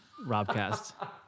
Robcast